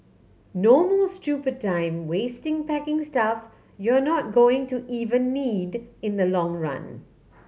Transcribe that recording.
no more stupid time wasting packing stuff you're not going to even need in the long run